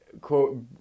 quote